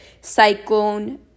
Cyclone